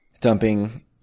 dumping